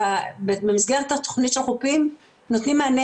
במסגרת התוכנית של החופים אנחנו נותנים מענה